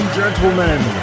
gentlemen